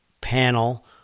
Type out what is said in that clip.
panel